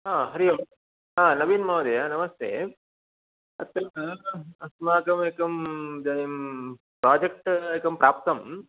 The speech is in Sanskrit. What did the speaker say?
हा हरिः ओं हा नवीनमहोदयः नमस्ते अत्र अस्माकमेकम् इदानीं प्राजेक्ट् एकं प्राप्तम्